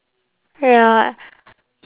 ya